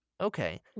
Okay